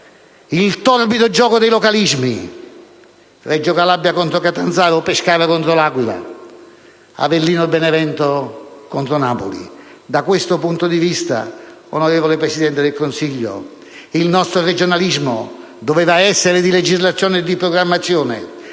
il torbido gioco dei localismi (Reggio Calabria contro Catanzaro, Pescara contro L'Aquila, Avellino e Benevento contro Napoli). Da questo punto di vista, onorevole Presidente del Consiglio, il nostro regionalismo doveva essere di legislazione e programmazione